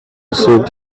saved